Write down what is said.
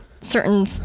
certain